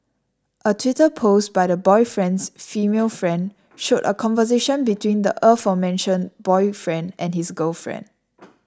a twitter post by the boyfriend's female friend showed a conversation between the aforementioned boyfriend and his girlfriend